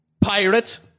pirate